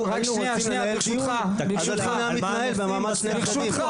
אילו היו רוצים לנהל דיון אז הדיון היה מתנהל במעמד שני הצדדים.